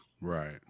Right